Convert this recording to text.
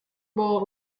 bowl